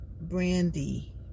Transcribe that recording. Brandy